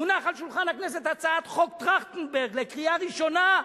מונחת על שולחן הכנסת הצעת חוק טרכטנברג לקריאה ראשונה,